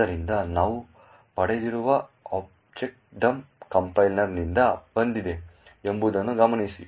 ಆದ್ದರಿಂದ ನಾವು ಪಡೆದಿರುವ objdump ಕಂಪೈಲರ್ನಿಂದ ಬಂದಿದೆ ಎಂಬುದನ್ನು ಗಮನಿಸಿ